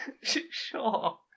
Sure